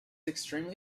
extremely